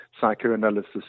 psychoanalysis